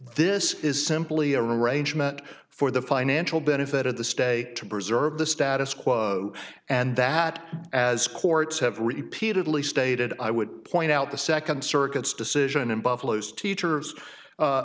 this is simply a range meant for the financial benefit of the stay to preserve the status quo and that as courts have repeatedly stated i would point out the second circuit's decision in buffalo's teacher